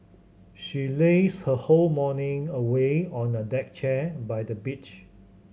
she lazed her whole morning away on a deck chair by the beach